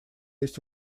есть